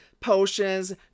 potions